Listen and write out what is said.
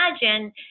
imagine